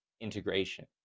integration